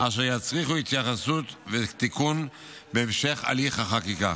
אשר יצריכו התייחסות ותיקון בהמשך הליך החקיקה.